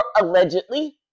allegedly